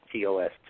TOS